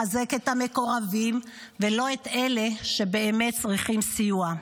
מחזק את המקורבים ולא את אלה שבאמת צריכים סיוע.